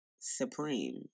supreme